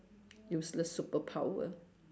useless superpower